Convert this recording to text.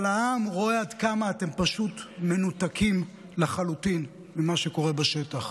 אבל העם רואה עד כמה אתם פשוט מנותקים לחלוטין ממה שקורה בשטח.